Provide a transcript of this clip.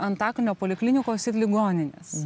antakalnio poliklinikos ir ligoninės